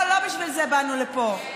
לא, לא בשביל זה באנו לפה.